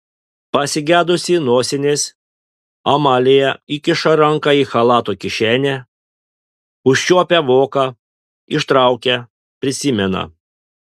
pasigedusi nosinės amalija įkiša ranką į chalato kišenę užčiuopia voką ištraukia prisimena